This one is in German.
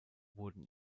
wurden